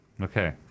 Okay